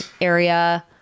area